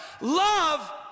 love